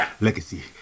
Legacy